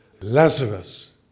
Lazarus